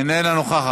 איננה נוכחת.